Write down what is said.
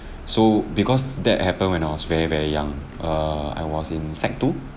so because that happened when I was very very young err I was in sec two